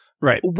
Right